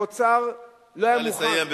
שהאוצר לא היה מוכן, נא לסיים.